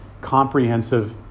comprehensive